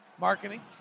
Marketing